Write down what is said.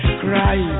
cry